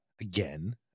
again